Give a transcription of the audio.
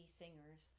singers